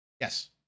Yes